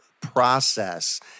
process